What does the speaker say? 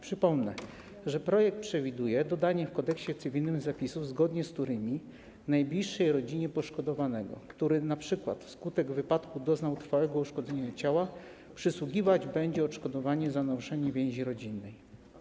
Przypomnę, że w projekcie przewidziano dodanie w Kodeksie cywilnym zapisów, zgodnie z którymi najbliższej rodzinie poszkodowanego, który np. wskutek wypadku doznał trwałego uszkodzenia ciała, przysługiwać będzie odszkodowanie za naruszenie więzi rodzinnej.